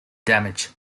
damage